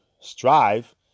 strive